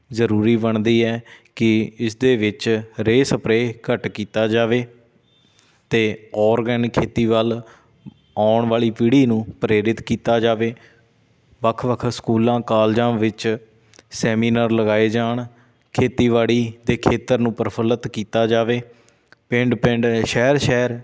ਜ਼ਰੂਰੀ ਬਣਦੀ ਹੈ ਕਿ ਇਸਦੇ ਵਿੱਚ ਰੇਹ ਸਪਰੇਹ ਘੱਟ ਕੀਤਾ ਜਾਵੇ ਅਤੇ ਔਰਗੈਨਿਕ ਖੇਤੀ ਵੱਲ ਆਉਣ ਵਾਲੀ ਪੀੜ੍ਹੀ ਨੂੰ ਪ੍ਰੇਰਿਤ ਕੀਤਾ ਜਾਵੇ ਵੱਖ ਵੱਖ ਸਕੂਲਾਂ ਕਾਲਜਾਂ ਵਿੱਚ ਸੈਮੀਨਾਰ ਲਗਾਏ ਜਾਣ ਖੇਤੀਬਾੜੀ ਦੇ ਖੇਤਰ ਨੂੰ ਪ੍ਰਫੁੱਲਿਤ ਕੀਤਾ ਜਾਵੇ ਪਿੰਡ ਪਿੰਡ ਸ਼ਹਿਰ ਸ਼ਹਿਰ